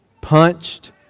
punched